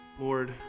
Lord